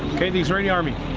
okay, the israeli army